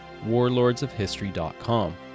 warlordsofhistory.com